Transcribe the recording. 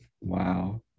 Wow